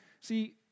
See